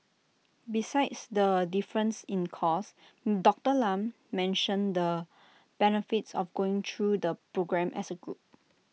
besides the difference in cost Doctor Lam mentioned the benefits of going through the programme as A group